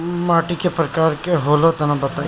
माटी कै प्रकार के होला तनि बताई?